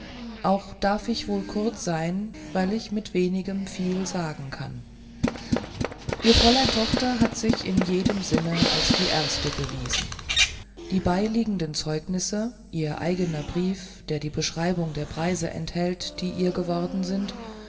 auch darf ich wohl kurz sein weil ich mit wenigem viel sagen kann ihre fräulein tochter hat sich in jedem sinne als die erste bewiesen die beiliegenden zeugnisse ihr eigner brief der die beschreibung der preise enthält die ihr geworden sind